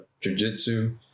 jujitsu